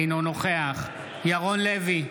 אינו נוכח ירון לוי,